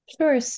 Sure